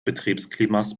betriebsklimas